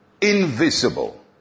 invisible